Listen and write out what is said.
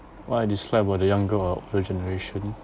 what I dislike about the younger generation